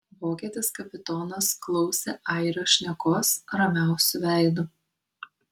vokietis kapitonas klausė airio šnekos ramiausiu veidu